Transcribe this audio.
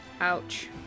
Ouch